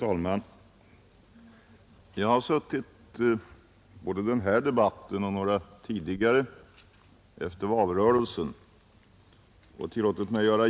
Konflikten skapar bitterhet.